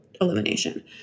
elimination